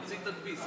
תוציא תדפיס.